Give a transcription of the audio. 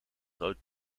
rood